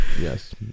Yes